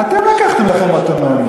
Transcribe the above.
אתם לקחתם לכם אוטונומיה.